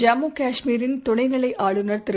ஜம்முகாஷ்மீரின் துணைநிலைஆளுநர் திரு